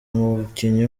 umukinnyi